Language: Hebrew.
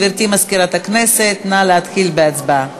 גברתי מזכירת הכנסת, נא להתחיל בהצבעה.